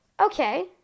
Okay